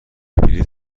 بلیط